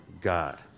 God